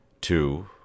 two